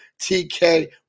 tk